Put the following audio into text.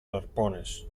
arpones